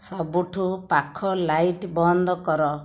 ସବୁଠୁ ପାଖ ଲାଇଟ ବନ୍ଦ କର